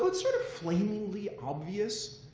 but sort of flamingly obvious,